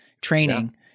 training